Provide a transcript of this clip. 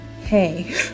hey